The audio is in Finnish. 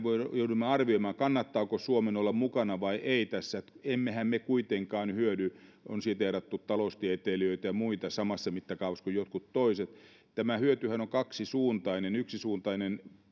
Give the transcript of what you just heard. joudumme arvioimaan kannattaako suomen olla tässä mukana vai ei että emmehän me kuitenkaan hyödy on siteerattu taloustieteilijöitä ja muita samassa mittakaavassa kuin jotkut toiset niin tämä hyötyhän on kaksisuuntainen yksisuuntainen